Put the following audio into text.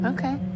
Okay